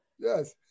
Yes